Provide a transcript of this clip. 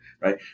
right